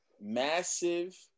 massive